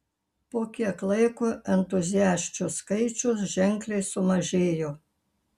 po kiek laiko entuziasčių skaičius ženkliai sumažėjo